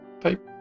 type